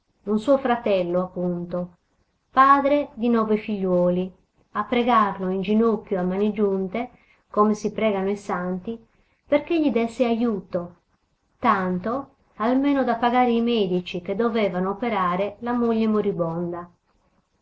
un suo fratello appunto padre di nove figliuoli a pregarlo in ginocchio a mani giunte come si pregano i santi perché gli desse ajuto tanto almeno da pagare i medici che dovevano operar la moglie moribonda